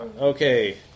Okay